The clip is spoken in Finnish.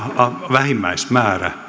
vähimmäismäärä